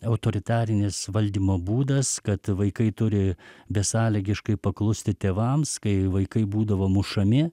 autoritarinis valdymo būdas kad vaikai turi besąlygiškai paklusti tėvams kai vaikai būdavo mušami